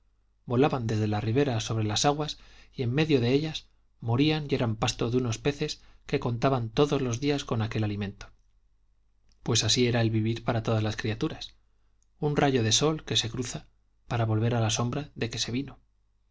río volaban desde la ribera sobre las aguas y en medio de ellas morían y eran pasto de unos peces que contaban todos los días con aquel alimento pues así era el vivir para todas las criaturas un rayo de sol que se cruza para volver a la sombra de que se vino